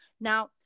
Now